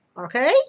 Okay